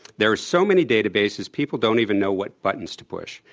there are so many databases, people don't even know what buttons to push.